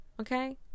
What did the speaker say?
okay